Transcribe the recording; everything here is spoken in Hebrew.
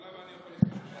עליו אני יכול לסמוך,